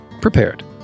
prepared